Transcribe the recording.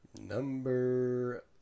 number